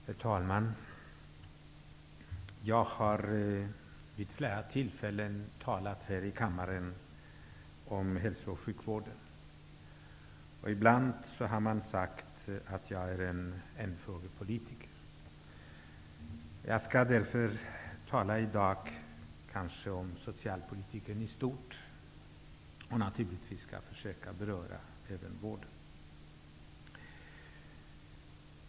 Herr talman! Jag har vid flera tillfällen talat här i kammaren om hälso och sjukvården. Ibland har man sagt att jag är en enfrågepolitiker. Jag skall därför i dag tala om socialpolitiken i stort, och naturligtvis skall jag även försöka beröra vården.